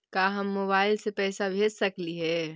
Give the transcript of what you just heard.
का हम मोबाईल से पैसा भेज सकली हे?